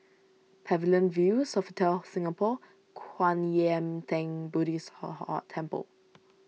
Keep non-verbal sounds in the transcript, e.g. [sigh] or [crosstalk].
Pavilion View Sofitel Singapore Kwan Yam theng Buddhist hall [unintelligible] Temple